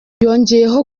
yongeyeho